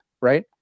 right